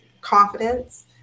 confidence